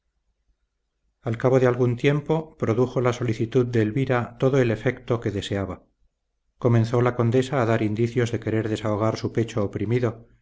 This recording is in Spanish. al cabo de algún tiempo produjo la solicitud de elvira todo el efecto que deseaba comenzó la condesa a dar indicios de querer desahogar su pecho oprimido